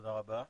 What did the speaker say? תודה רבה.